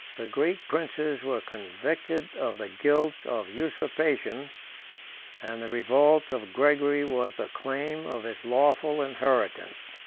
the greek princes were convicted of the guilt of usurpation and the revolt of gregory was the claim of his lawful inheritance.